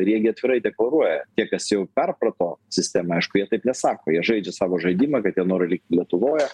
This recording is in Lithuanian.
ir jie gi atvirai deklaruoja tie kas jau perprato sistemą aišku jie taip nesako jie žaidžia savo žaidimą kad jie nori likti lietuvoje